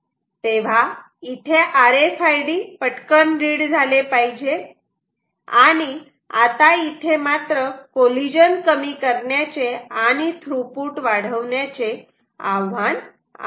तेव्हा इथे R F I D पटकन रिड झाले पाहिजे आणि आता इथे मात्र कॉलिजन कमी करण्याचे आणि थ्रुपुट वाढवण्याचे आव्हान आहे